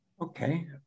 Okay